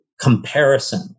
comparison